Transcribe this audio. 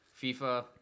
FIFA